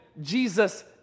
Jesus